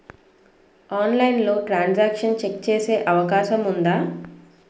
ఆన్లైన్లో transaction check చేసే అవకాశం ఉందా?